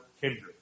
kindred